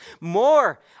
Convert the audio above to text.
more